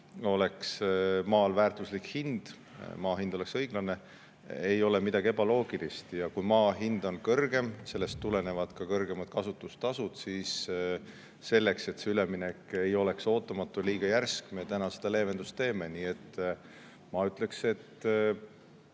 oleks maal väärtuslik hind, maa hind oleks õiglane, ei ole midagi ebaloogilist. Kui maa hind on kõrgem, siis sellest tulenevad kõrgemad kasutustasud, ja selleks, et see üleminek ei oleks ootamatu ja liiga järsk, me täna seda leevendust teeme. Nii et ma ütleksin, et